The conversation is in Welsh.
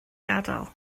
gadael